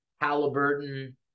Halliburton